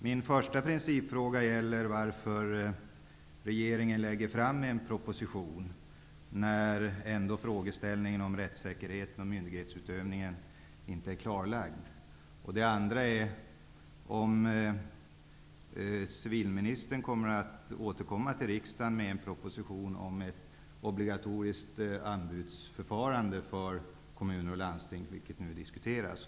Min första principfråga gäller varför regeringen lägger fram en proposition när frågeställningen om rättssäkerheten och myndighetsutövningen inte är klarlagd. Den andra frågan är om civilministern tänker återkomma till riksdagen med en proposition om ett obligatoriskt anbudsförfarande för kommuner och landsting, vilket nu diskuteras.